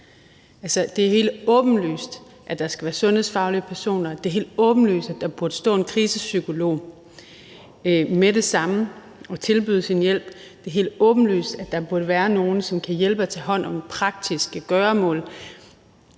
det er helt åbenlyst, at der skal være sundhedsfaglige personer; det er helt åbenlyst, at der burde stå en krisepsykolog med det samme og tilbyde sin hjælp; det er helt åbenlyst, at der burde være nogen, som kan hjælpe og tage hånd om praktiske gøremål